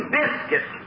biscuit